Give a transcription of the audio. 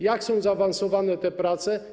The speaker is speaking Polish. Jak są zaawansowane te prace?